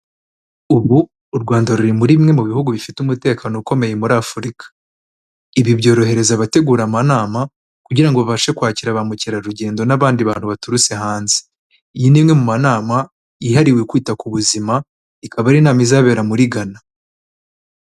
Ubu u Rwanda ruri muri bimwe mu bihugu bifite umutekano ukomeye muri Afurika. ibi byorohereza abategura amanama, kugira ngo babashe kwakira ba mukerarugendo n'abandi bantu baturutse hanze. Iyi ni imwe mu nama, yihariwe kwita ku buzima, ikaba ari inama izabera muri Ghana.